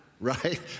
right